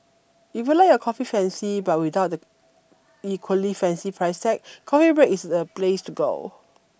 if you like your coffee fancy but without the equally fancy price tag Coffee Break is the place to go